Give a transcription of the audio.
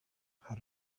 how